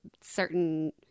certain –